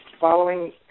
following